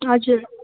हजुर